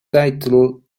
titled